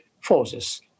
forces